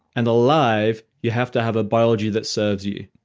and alive, you have to have a biology that serves you.